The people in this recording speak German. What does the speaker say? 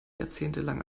jahrzehntelang